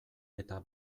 eta